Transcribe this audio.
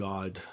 God